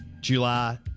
July